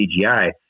CGI